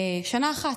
שנה אחת,